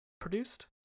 produced